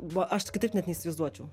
va aš kitaip net neįsivaizduočiau